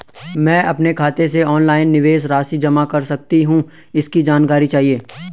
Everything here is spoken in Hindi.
मैं अपने खाते से ऑनलाइन निवेश राशि जमा कर सकती हूँ इसकी जानकारी चाहिए?